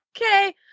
Okay